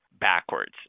backwards